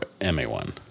MA1